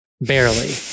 barely